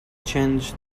changed